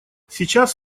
сейчас